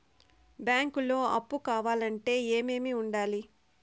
బ్యాంకులో అప్పు కావాలంటే ఏమేమి ఉండాలి?